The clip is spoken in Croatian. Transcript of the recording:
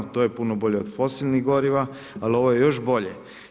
To je puno bolje od fosilnih goriva, ali ovo je još bolje.